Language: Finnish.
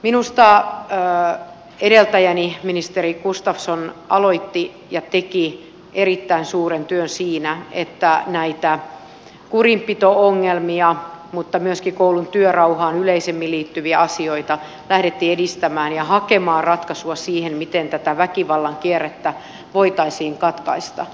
minusta edeltäjäni ministeri gustafsson aloitti ja teki erittäin suuren työn siinä että näitä kurinpito ongelmia mutta myöskin koulun työrauhaan yleisemmin liittyviä asioita lähdettiin edistämään ja hakemaan ratkaisua siihen miten tätä väkivallan kierrettä voitaisiin katkaista